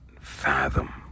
fathom